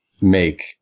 make